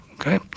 okay